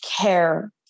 care